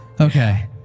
Okay